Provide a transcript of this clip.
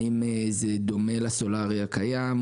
האם זה דומה לסולארי הקיים,